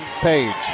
Page